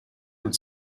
non